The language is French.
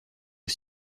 aux